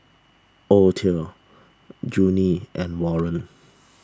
Othel Junie and Warren